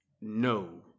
no